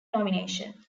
nomination